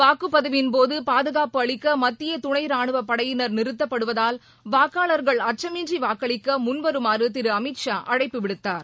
வாக்குப்பதிவின்போது பாதுகாப்பு அளிக்க மத்திய துணை ராணுவப் படையினர் நிறுத்தப்படுவதால் வாக்காளர்கள் அச்சமின்றி வாக்களிக்க முன்வருமாறு திரு அமித் ஷா அழைப்பு விடுத்தார்